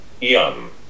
Yum